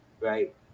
right